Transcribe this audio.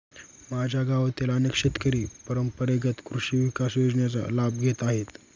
माझ्या गावातील अनेक शेतकरी परंपरेगत कृषी विकास योजनेचा लाभ घेत आहेत